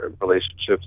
relationships